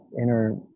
inner